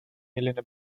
milline